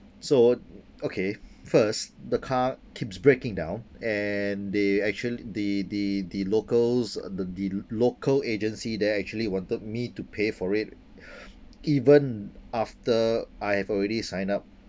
so okay first the car keeps breaking down and they actual~ the the the locals the dea~ local agency there actually wanted me to pay for it even after I have already signed up